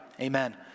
Amen